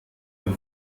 den